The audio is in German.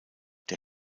der